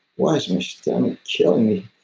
why is my stomach killing me?